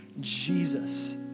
Jesus